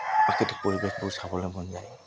প্ৰাকৃতিক পৰিৱেশবোৰ চাবলৈ মন যায়